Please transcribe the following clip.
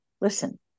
Listen